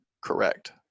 Correct